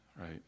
right